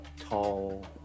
tall